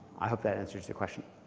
i hope that answers your question.